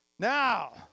Now